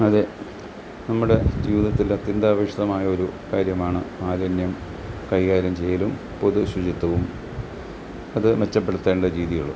അതെ നമ്മുടെ ജീവിതത്തിലെ ചിന്താവിഷിതമായ ഒരു കാര്യമാണ് മാലിന്യം കൈ കാര്യം ചെയ്യലും പൊതുശുചിത്വവും അത് മെച്ചപ്പെടുത്തേണ്ട രീതികളും